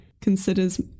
considers